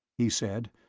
he said,